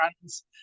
friends